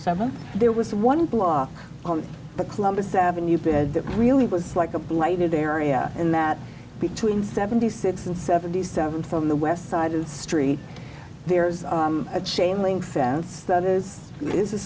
seven there was one block on the columbus avenue bed that really was like a blighted area and that between seventy six and seventy seven from the west side of the street there's a chain link fence that is it is a